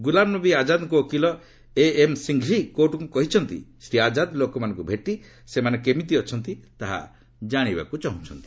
ଗୁଲାମନବୀ ଆଜାଦଙ୍କ ଓକିଲ ଏଏମ୍ ସିଂଘଭି କୋର୍ଟଙ୍କୁ କହିଛନ୍ତି ଶ୍ରୀ ଆଜାଦ ଲୋକମାନଙ୍କୁ ଭେଟି ସେମାନେ କେମିତି ଅଛନ୍ତି ତାହା ଜାଣିବାକ୍ ଚାହୁଁଚ୍ଚନ୍ତି